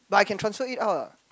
but I can transfer it out ah